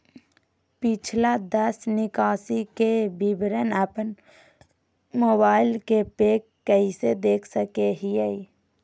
पिछला दस निकासी के विवरण अपन मोबाईल पे कैसे देख सके हियई?